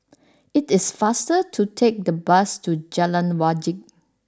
it is faster to take the bus to Jalan Wajek